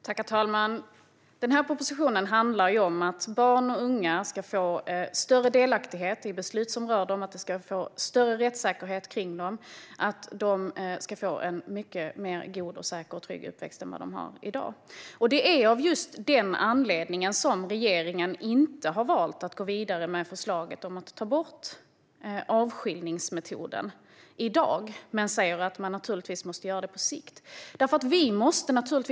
Herr talman! Propositionen handlar om att barn och unga ska få större delaktighet i beslut som rör dem och att det ska bli större rättssäkerhet för dem. De ska få en godare, säkrare och tryggare uppväxt än i dag. Det är av den anledningen som regeringen inte har valt att gå vidare med förslaget om att i dag ta bort avskiljningsmetoden men säger att det naturligtvis ska ske på sikt.